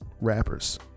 rappers